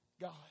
God